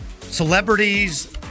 Celebrities